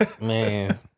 Man